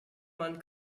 man